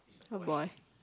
oh boy